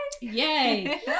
Yay